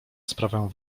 sprawę